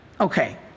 Okay